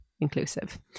inclusive